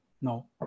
No